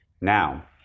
Now